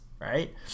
right